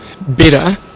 better